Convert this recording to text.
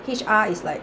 H_R is like